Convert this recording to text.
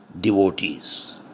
devotees